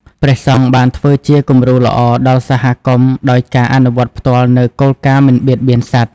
ព្រះសង្ឃបានធ្វើជាគំរូល្អដល់សហគមន៍ដោយការអនុវត្តផ្ទាល់នូវគោលការណ៍មិនបៀតបៀនសត្វ។